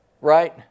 Right